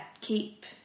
keep